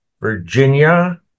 virginia